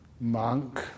monk